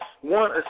One